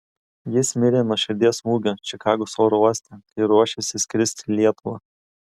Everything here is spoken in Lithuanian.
jis mirė nuo širdies smūgio čikagos oro uoste kai ruošėsi skristi į lietuvą